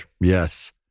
yes